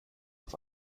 auf